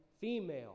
female